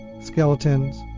skeletons